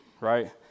right